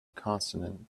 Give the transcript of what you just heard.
consonant